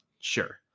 Sure